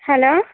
hello